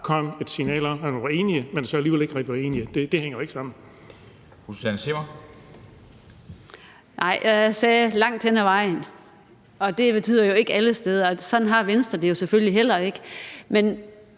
kom et signal om, at man var enig, men så var man alligevel ikke rigtig enig. Det hænger jo ikke sammen.